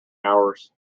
hours